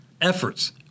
efforts